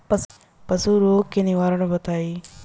पशु रोग के निवारण बताई?